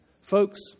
Folks